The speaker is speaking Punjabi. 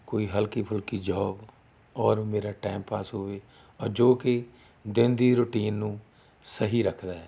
ਕੋਈ ਹਲਕੀ ਫੁਲਕੀ ਜੌਬ ਔਰ ਮੇਰਾ ਟਾਈਮ ਪਾਸ ਹੋਵੇ ਔਰ ਜੋ ਕਿ ਦਿਨ ਦੀ ਰੁਟੀਨ ਨੂੰ ਸਹੀ ਰੱਖਦਾ ਹੈ